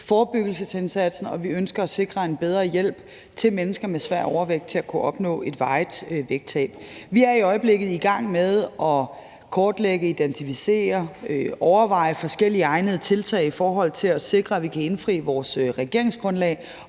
forebyggelsesindsatsen, og at vi ønsker at sikre en bedre hjælp til mennesker med svær overvægt, for at de kan opnå et varigt vægttab. Vi er i øjeblikket i gang med at kortlægge, identificere og overveje forskellige egnede tiltag i forhold til at sikre, at vi kan leve op til vores regeringsgrundlag,